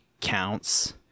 counts